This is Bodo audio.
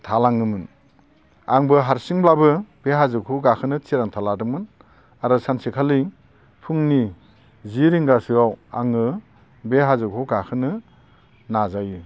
थालाङोमोन आंबो हारसिंब्लाबो बे हाजोखौ गाखोनो थिरांथा लादोंमोन आरो सानसेखालि फुंनि जि रिंगासोआव आङो बे हाजोखौ गाखोनो नाजायो